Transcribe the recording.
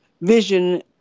vision